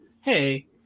hey